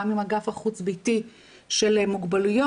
גם עם האגף החוץ ביתי של מוגבלויות,